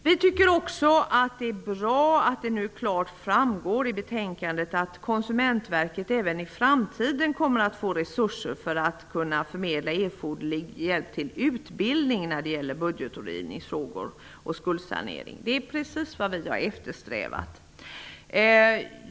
Vi tycker också att det är bra att det nu klart framgår av betänkandet att Konsumentverket även i framtiden kommer att få resurser för att kunna förmedla erforderlig hjälp till utbildning i budgetrådgivningsfrågor och skuldsanering. Det är precis det som vi har eftersträvat.